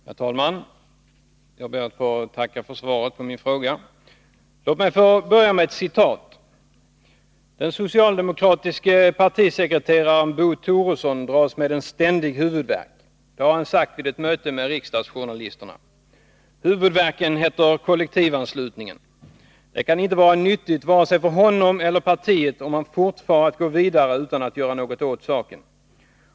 Herr talman! Jag ber att få tacka för svaret på min fråga. Låt mig börja med ett citat: ”Den socialdemokratiske partisekreteraren Bo Toresson dras med en ständig huvudvärk. Det har han —-—-— sagt vid ett möte med riksdagsjournalisterna. Det kan inte vara nyttigt vare sig för honom eller partiet om han fortfar att gå vidare utan att göra något åt saken.